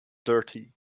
dirty